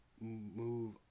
move